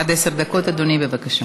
אדוני, בבקשה.